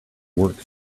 work